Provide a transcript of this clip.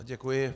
Děkuji.